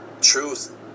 Truth